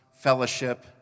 fellowship